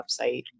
website